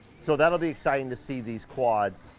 so that'll be exciting to see these quads.